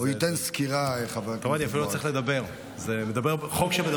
הוא ייתן סקירה, חבר הכנסת בועז.